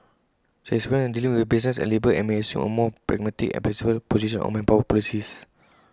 she has experience dealing with business and labour and may assume A more pragmatic and flexible position on manpower policies